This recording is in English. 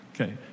okay